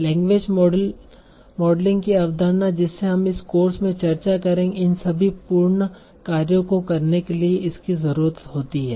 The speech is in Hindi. लैंग्वेज मॉडलिंग की अवधारणा जिसे हम इस कोर्स में चर्चा करेंगे इन सभी पूर्ण कार्यों को करने के लिए इसकी जरुरत होती है